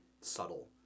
subtle